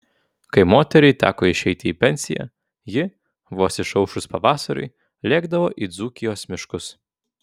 kai moteriai teko išeiti į pensiją ji vos išaušus pavasariui lėkdavo į dzūkijos miškus